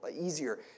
easier